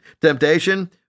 temptation